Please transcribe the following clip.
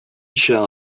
shall